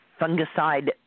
fungicide